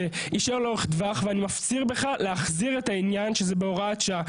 יישאר לאורך טווח ואני מפציר בך להחזיר את העניין שזה בהוראת שעה.